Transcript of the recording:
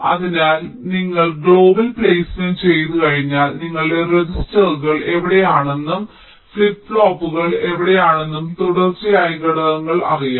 അതിനാൽ നിങ്ങൾ global placement ചെയ്തുകഴിഞ്ഞാൽ നിങ്ങളുടെ രജിസ്റ്ററുകൾ എവിടെയാണെന്നും നിങ്ങളുടെ ഫ്ലിപ്പ് പോപ്പുകൾ എവിടെയാണെന്നും തുടർച്ചയായ ഘടകങ്ങൾ നിങ്ങൾക്ക് അറിയാം